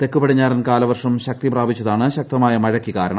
തെക്ക് പടിഞ്ഞാറൻ കാലവർഷം ശക്തിപ്രാപിച്ചതാണ് ശക്തമായ മഴയ്ക്ക് കാരണം